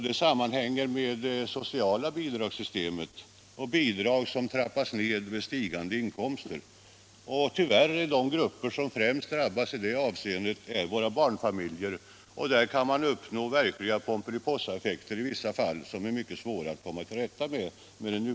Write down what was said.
Det sammanhänger med systemet för sociala bidrag — bidrag som trappas ned med stigande inkomster. Tyvärr är det våra barnfamiljer som främst drabbas i det sammanhanget; där kan uppstå verkliga Pomperipossaeffekter, som med nuvarande system är mycket svåra att rätta till.